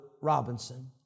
Robinson